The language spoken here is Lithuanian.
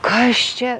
kas čia